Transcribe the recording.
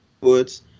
Woods